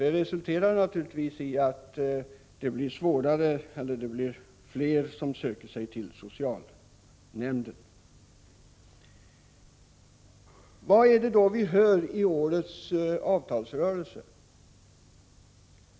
Det resulterar naturligtvis i att det blir fler som söker sig till socialnämnderna. Men vad är det vi hör från årets avtalsrörelse?